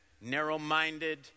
narrow-minded